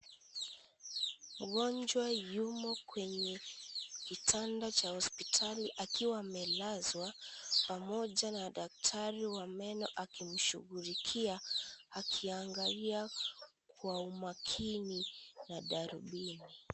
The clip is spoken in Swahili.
Mgonjwa yumo kwenye kitanda cha hospitali akiwa amelazwa pamoja na daktari wa meno akimshughulikia akiangalia kwa umakini na darubini.